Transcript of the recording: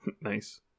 Nice